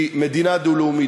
היא מדינה דו-לאומית.